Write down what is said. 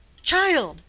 child!